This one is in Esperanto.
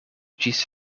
ĝis